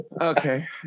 Okay